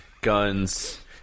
guns